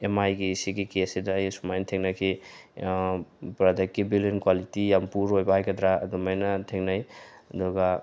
M ꯑꯥꯏꯒꯤ ꯁꯤꯒꯤ ꯀꯦꯁꯁꯤꯗ ꯑꯩ ꯑꯁꯨꯃꯥꯏꯅ ꯊꯦꯡꯅꯈꯤ ꯄ꯭ꯔꯗꯛꯀꯤ ꯕꯤꯜ ꯏꯟ ꯀ꯭ꯋꯥꯂꯤꯇꯤ ꯌꯥꯝ ꯄꯨꯔ ꯑꯣꯏꯕ ꯍꯥꯏꯒꯗ꯭ꯔꯥ ꯑꯗꯨꯝꯍꯥꯏꯅ ꯊꯦꯡꯅꯩ ꯑꯗꯨꯒ